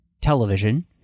television